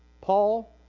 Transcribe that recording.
Paul